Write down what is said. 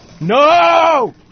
no